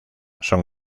son